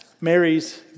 Mary's